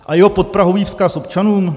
A jeho podprahový vzkaz občanům?